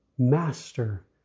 Master